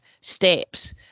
steps